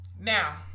Now